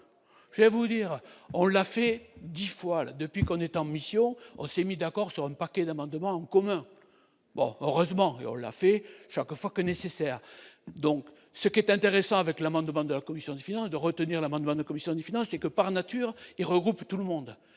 Je vais vous dire, on l'a fait 10 fois la depuis qu'on est en mission, on s'est mis d'accord sur une partie d'amendements communs bon, heureusement, on l'a fait, chaque fois que nécessaire, donc ce qui est intéressant avec l'amendement de la commission des finances de retenir l'amendement de commissions des finances et que par nature, il regroupe tout le monde